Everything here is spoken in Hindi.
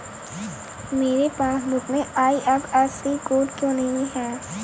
मेरे पासबुक में आई.एफ.एस.सी कोड क्यो नहीं है?